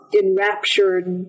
enraptured